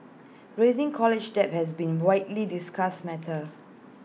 rising college debt has been widely discussed matter